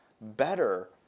better